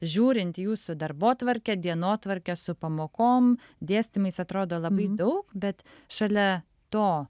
žiūrint į jūsų darbotvarkę dienotvarkę su pamokom dėstymais atrodo labai daug bet šalia to